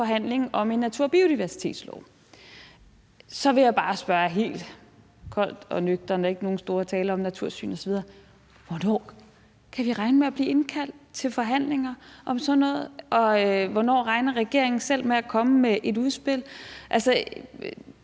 forhandlingen om en natur- og biodiversitetslov. Så vil jeg bare spørge helt koldt og nøgternt og ikke med nogen stor tale om natursyn osv.: Hvornår kan vi regne med at blive indkaldt til forhandlinger om sådan noget? Og hvornår regner regeringen selv med at komme med et udspil? Altså,